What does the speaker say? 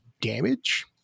damage